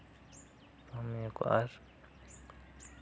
ᱱᱤᱭᱟᱹ ᱠᱚ ᱟᱨ